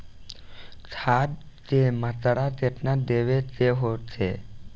खाध के मात्रा केतना देवे के होखे?